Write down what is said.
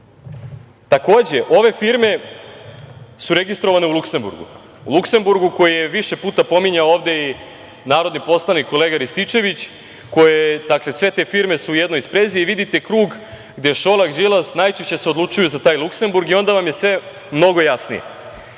ciljem. Takođe, ove firme su registrovane u Luksemburgu, koji je više puta pominjao ovde i narodni poslanik kolega Rističević. Dakle, sve te firme su u jednoj sprezi. Vidite krug gde Šolak i Đilasa najčešće se odlučuju za taj Luksemburg i onda vam je sve mnogo jasnije.(Marijan